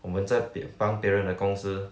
我们在帮别人的公司